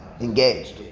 Engaged